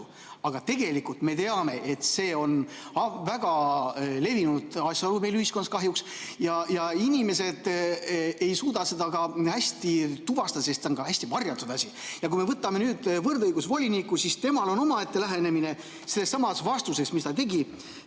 Aga tegelikult me teame, et see on väga levinud asjaolu meil ühiskonnas kahjuks ja inimesed ei suuda seda ka hästi tuvastada, sest see on ka hästi varjatud asi. Ja kui me võtame nüüd võrdõigusvoliniku, siis temal on omaette lähenemine, sellessamas vastuses, mis ta tegi,